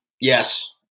Yes